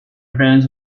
veins